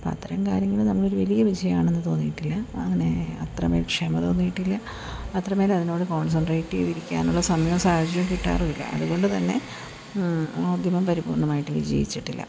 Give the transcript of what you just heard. അപ്പം അത്തരം കാര്യങ്ങൾ നമ്മളൊരു വലിയ വിജയമാണെന്ന് തോന്നിയിട്ടില്ല അങ്ങനെ അത്രമേൽ ക്ഷമ തോന്നിയിട്ടില്ല അത്രമേലതിനോട് കോൺസൻട്രേയ്റ്റ് ചെയ്തിരിക്കാനുള്ള സമയവും സാഹചര്യവും കിട്ടാറുമില്ല അതുകൊണ്ടുതന്നെ ആ ഉദ്യമം പരിപൂർണ്ണമായിട്ട് വിജയിച്ചിട്ടില്ല